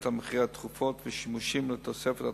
על מחירי התרופות ושימושים לתוספת התקציבים.